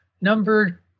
number